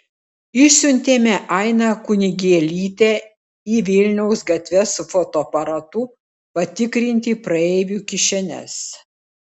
išsiuntėme ainą kunigėlytę į vilniaus gatves su fotoaparatu patikrinti praeivių kišenes